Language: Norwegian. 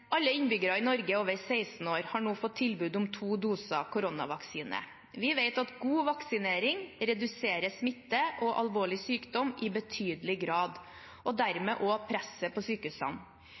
Alle innbyggere i Norge over 16 år har nå fått tilbud om to doser koronavaksine. Vi vet at god vaksinering reduserer smitte og alvorlig sykdom i betydelig grad, og dermed også presset på sykehusene.